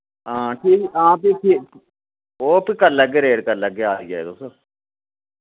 हां ठीक हां फ्ही ठीक ओ फ्ही करी लैगे रेट करी लैगे आई जाएओ तुस